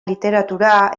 literatura